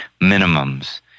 minimums